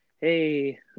Hey